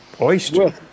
Oyster